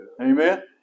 amen